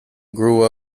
grew